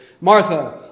Martha